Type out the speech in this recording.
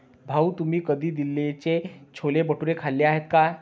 भाऊ, तुम्ही कधी दिल्लीचे छोले भटुरे खाल्ले आहेत का?